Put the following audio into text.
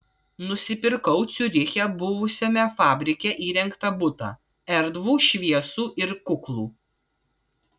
nusipirkau ciuriche buvusiame fabrike įrengtą butą erdvų šviesų ir kuklų